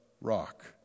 rock